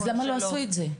אז למה לא עושים את זה?